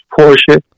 Porsche